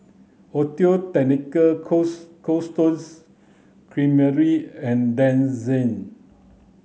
Audio Technica Stones Creamery and Denizen